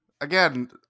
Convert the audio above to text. Again